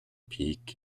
peak